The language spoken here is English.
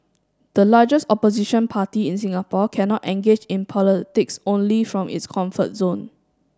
the largest opposition party in Singapore cannot engage in politics only from its comfort zone